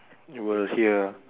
you will hear